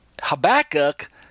Habakkuk